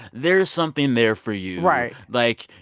there's something there for you right like,